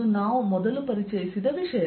ಇದು ನಾವು ಮೊದಲು ಪರಿಚಯಿಸಿದ ವಿಷಯ